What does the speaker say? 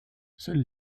seules